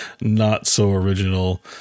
not-so-original